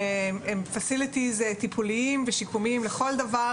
הם כלים טיפוליים ושיקומיים לכל דבר,